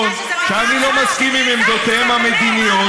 האחריות שצריכה להיות לכם היא לאזרחי מדינת ישראל,